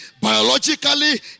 biologically